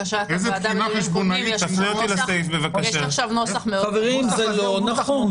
בחינה חשבונאית --- חברים, זה לא נכון.